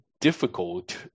difficult